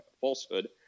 falsehood